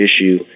issue